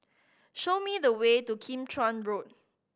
show me the way to Kim Chuan Road